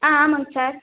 ஆ ஆமாங்க சார்